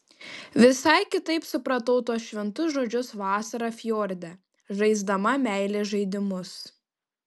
visai kitaip supratau tuos šventus žodžius vasarą fjorde žaisdama meilės žaidimus